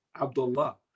Abdullah